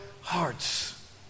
hearts